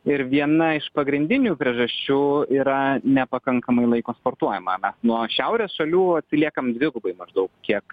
ir viena iš pagrindinių priežasčių yra nepakankamai laiko sportuojama nuo šiaurės šalių atsiliekam dvigubai maždaug kiek